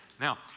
Now